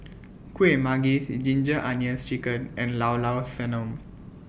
Kueh Manggis Ginger Onions Chicken and Llao Llao Sanum